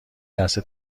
لحظه